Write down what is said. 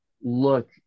look